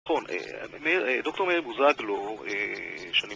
נכון, דוקטור מאיר בוזאגלו, שנים ראשונות